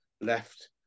left